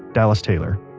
dallas taylor.